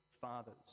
fathers